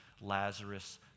lazarus